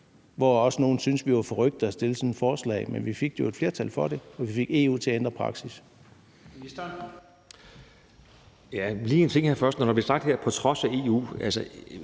nogle også, at vi var forrykte at fremsætte sådan et forslag. Men vi fik jo et flertal for det, og vi fik EU til at ændre praksis.